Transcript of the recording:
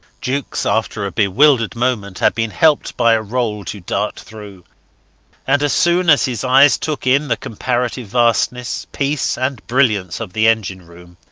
jukes, after a bewildered moment, had been helped by a roll to dart through and as soon as his eyes took in the comparative vastness, peace and brilliance of the engine-room,